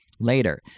later